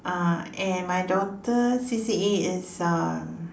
uh and my daughter C_C_A is um